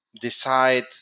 decide